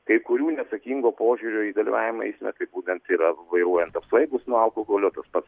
kai kurių neatsakingo požiūrio į dalyvavimą eisme tai būtent yra vairuojant apsvaigus nuo alkoholio tas pats